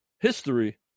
history